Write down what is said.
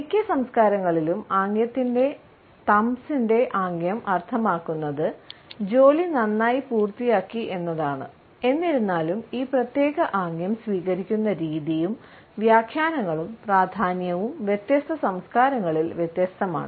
മിക്ക സംസ്കാരങ്ങളിലും ആംഗ്യത്തിന്റെ തംബ്സ്സിൻറെ ആംഗ്യം അർത്ഥമാക്കുന്നത് ജോലി നന്നായി പൂർത്തിയാക്കി എന്നതാണ് എന്നിരുന്നാലും ഈ പ്രത്യേക ആംഗ്യം സ്വീകരിക്കുന്ന രീതിയും വ്യാഖ്യാനങ്ങളും പ്രാധാന്യവും വ്യത്യസ്ത സംസ്കാരങ്ങളിൽ വ്യത്യസ്തമാണ്